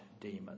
demons